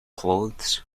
clothes